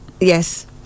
yes